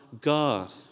God